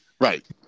right